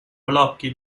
blocchi